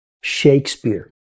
Shakespeare